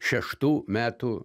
šeštų metų